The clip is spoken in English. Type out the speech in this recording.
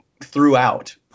throughout